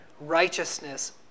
righteousness